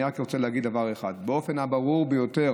אני רק רוצה להגיד דבר אחד, באופן הברור ביותר.